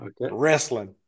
Wrestling